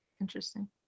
Interesting